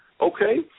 okay